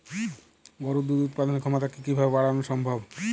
গরুর দুধ উৎপাদনের ক্ষমতা কি কি ভাবে বাড়ানো সম্ভব?